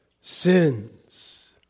sins